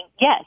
Yes